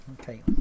Okay